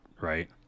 right